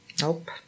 Nope